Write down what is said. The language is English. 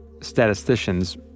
statisticians